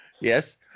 Yes